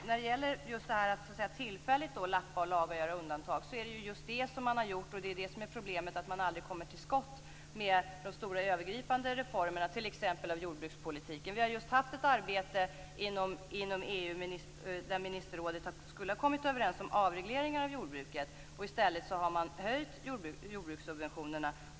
När det gäller att tillfälligt lappa och laga och göra undantag är det ju just det som man har gjort, och det är det som är problemet att man aldrig kommer till skott med de stora övergripande reformerna, t.ex. i fråga om jordbrukspolitiken. Vi har just bedrivit ett arbete inom EU där ministerrådet skulle ha kommit överens om avregleringar av jordbruket. I stället har man höjt jordbrukssubventionerna.